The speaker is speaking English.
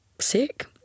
sick